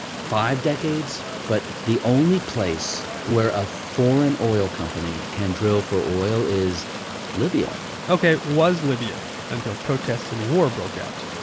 five decades. but the only place where a foreign oil company can drill for oil is libya ok, was libya until protests and war broke out.